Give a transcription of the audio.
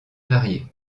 variée